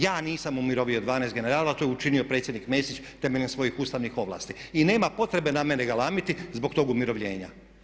Ja nisam umirovio 12 generala, to je učinio predsjednik Mesić temeljem svojih ustavnih ovlasti i nema potrebe na mene galamiti zbog tog umirovljenja.